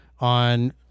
on